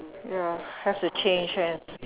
ya have to change hands